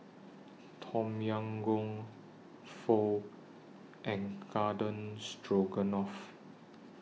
Tom Yam Goong Pho and Garden Stroganoff